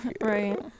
right